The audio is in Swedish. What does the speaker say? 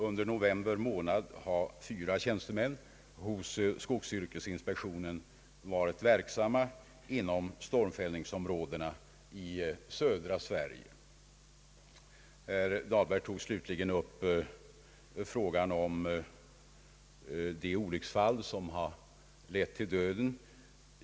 Under november månad har fyra tjänstemän hos skogsyrkesinspektionen varit verksamma inom stormfällningsområdena i södra Sverige. Herr Dahlberg tog slutligen upp frågan om de olycksfall som lett till döden.